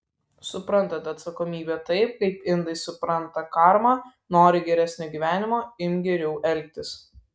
suprantant atsakomybę taip kaip indai supranta karmą nori geresnio gyvenimo imk geriau elgtis